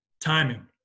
timing